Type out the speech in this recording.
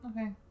Okay